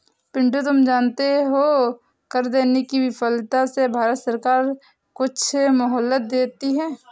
पिंटू तुम जानते हो कर देने की विफलता से भारत सरकार कुछ मोहलत देती है